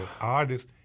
artists